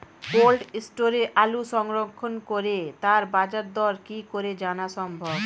Cold স্টোরে আলু সংরক্ষণের পরে তার বাজারদর কি করে জানা সম্ভব?